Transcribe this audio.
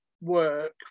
work